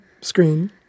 screen